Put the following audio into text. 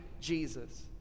Jesus